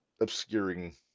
obscuring